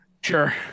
Sure